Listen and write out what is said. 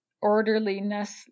orderliness